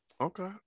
okay